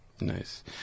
Nice